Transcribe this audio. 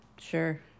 Sure